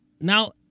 Now